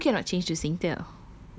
oh but you cannot change to singtel